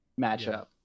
matchup